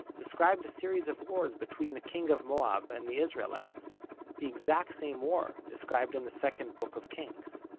described a series of wars between the king of moab and the israelites the exact same war described in the second book of kings.